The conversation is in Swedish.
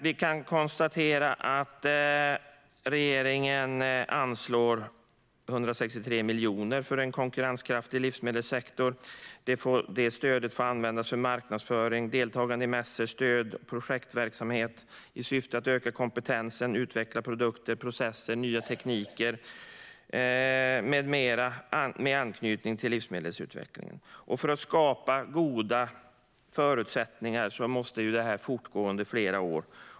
Vi kan konstatera att regeringen anslår 163 miljoner för en konkurrenskraftig livsmedelssektor. Det stödet får användas för marknadsföring, deltagande i mässor, stöd till projektverksamhet i syfte att öka kompetensen och utveckla produkter, processer, nya tekniker, med mera, med anknytning till livsmedelsutvecklingen. För att skapa goda förutsättningar måste detta fortgå under flera år.